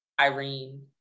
Irene